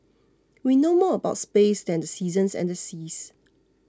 we know more about space than the seasons and the seas